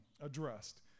addressed